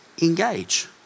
engage